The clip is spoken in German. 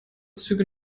züge